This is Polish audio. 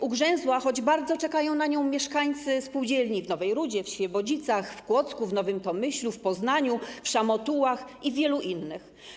Ugrzęzła, choć bardzo czekają na nią mieszkańcy spółdzielni w Nowej Rudzie, w Świebodzicach, w Kłodzku, w Nowym Tomyślu, w Poznaniu, w Szamotułach i w wielu innych.